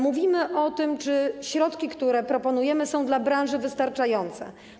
Mówimy o tym, czy środki, które proponujemy, są dla branży wystarczające.